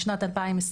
בשנת 2022